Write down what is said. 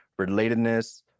relatedness